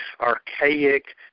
archaic